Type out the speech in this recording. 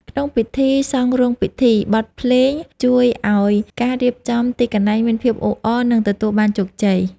ក្នុងពិធីសង់រោងពិធី បទភ្លេងជួយឱ្យការរៀបចំទីកន្លែងមានភាពអ៊ូអរ និងទទួលបានជោគជ័យ។